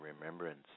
remembrance